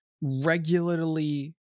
regularly